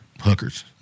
Hookers